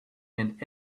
and